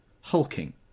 Hulking